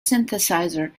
synthesizer